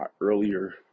earlier